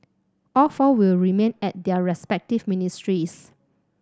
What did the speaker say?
all four will remain at their respective ministries